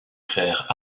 frères